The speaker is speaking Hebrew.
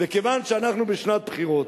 וכיוון שאנחנו בשנת בחירות,